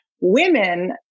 women